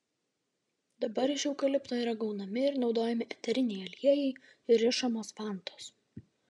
dabar iš eukalipto yra gaunami ir naudojami eteriniai aliejai ir rišamos vantos